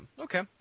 Okay